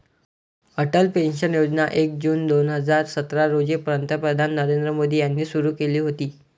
Atal pension योजना एक जून दोन हजार सतरा रोजी पंतप्रधान नरेंद्र मोदी यांनी सुरू केली होती